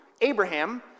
Abraham